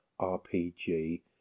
RPG